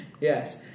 Yes